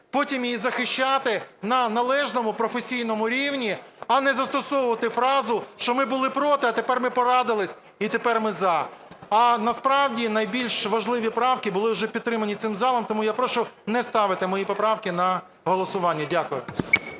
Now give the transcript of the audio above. потім її захищати на належному професійному рівні, а не застосовувати фразу, що "ми були проти, а тепер ми порадилися, і тепер ми – за". А насправді найбільш важливі правки були вже підтримані цим залом, тому я прошу не ставити мої поправки на голосування. Дякую.